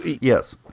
Yes